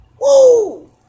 Woo